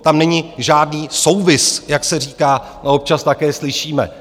Tam není žádný souvis, jak se říká a občas také slyšíme.